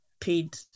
paid